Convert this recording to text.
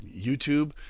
YouTube